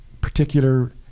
particular